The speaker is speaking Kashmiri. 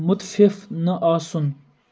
مُتفِف نہٕ آسُن